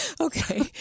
Okay